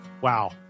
Wow